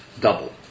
double